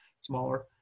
smaller